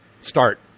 start